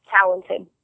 talented